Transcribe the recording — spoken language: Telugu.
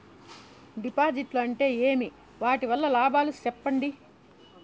డిపాజిట్లు అంటే ఏమి? వాటి వల్ల లాభాలు సెప్పండి?